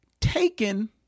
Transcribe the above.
taken